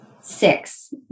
Six